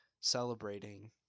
celebrating